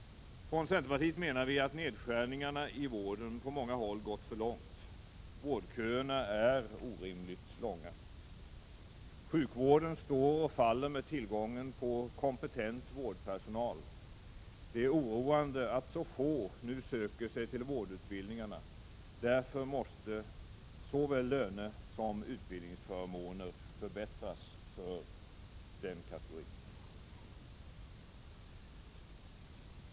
Från centerpartiet menar vi att nedskärningarna i vården på många håll gått för långt. Vårdköerna är orimligt långa. Sjukvården står och faller med tillgången på kompetent vårdpersonal. Det är oroande att så få nu söker sig till vårdutbildningarna. Därför måste såväl lönesom utbildningsförmåner förbättras för den yrkeskategorin.